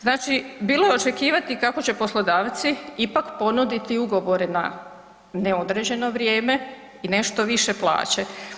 Znači bilo je očekivati kako će poslodavci ipak ponuditi ugovore na neodređeno vrijeme i nešto više plaće.